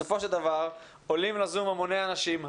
בסופו של דבר עולים ל-זום המוני אנשים,